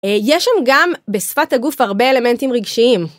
יש שם גם בשפת הגוף הרבה אלמנטים רגשיים.